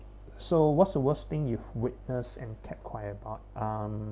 so what's the worst thing you witnessed and kept quiet about um